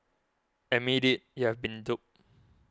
admit it you have been duped